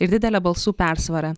ir didele balsų persvara